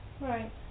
Right